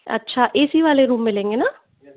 अच्छा A C वाले room मिलेंगे ना